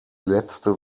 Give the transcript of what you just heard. letzte